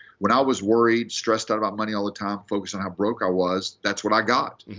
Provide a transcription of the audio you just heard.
when i was worried, stressed out about money all the time, focused on how broke i was, that's what i got.